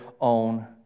own